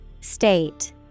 State